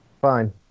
Fine